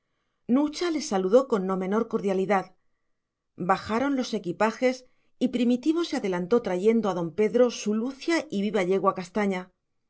nucha le saludó con no menor cordialidad bajaron los equipajes y primitivo se adelantó trayendo a don pedro su lucia y viva yegua castaña